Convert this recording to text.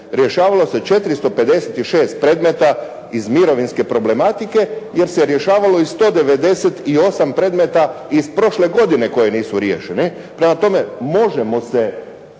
rješavalo se 456 predmeta iz mirovinske problematike, jer se rješavalo i 198 predmeta iz prošle godine koji nisu riješeni. Prema tome, možemo se